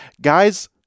Guys